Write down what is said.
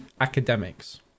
academics